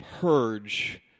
purge